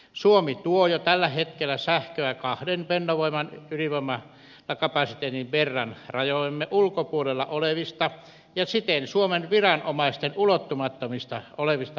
suomi tuo jo tällä hetkellä sähköä kahden fennovoiman ydinvoimalan kapasiteetin verran rajojemme ulkopuolella olevista ja siten suomen viranomaisten ulottumattomissa olevista voimalaitoksista